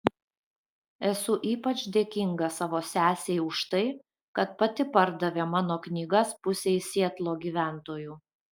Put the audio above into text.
esu ypač dėkinga savo sesei už tai kad pati pardavė mano knygas pusei sietlo gyventojų